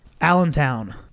Allentown